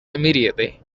immediately